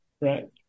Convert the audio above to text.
Right